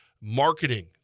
marketing